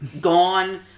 gone